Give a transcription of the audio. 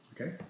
Okay